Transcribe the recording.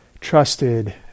trusted